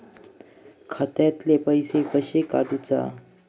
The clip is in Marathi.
खात्यातले पैसे कशे काडूचा?